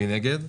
מי נגד?